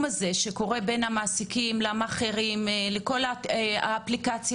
שקורה בין המעסיקים למאכערים לאפליקציה,